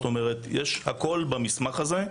כלומר יש הכול במסמך הזה,